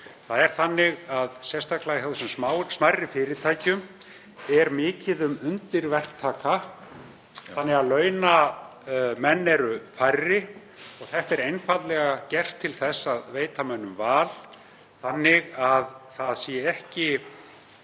Það er þannig sérstaklega hjá þessum smærri fyrirtækjum að mikið er um undirverktaka þannig að launamenn eru færri. Þetta er einfaldlega gert til þess að veita mönnum val þannig að ekki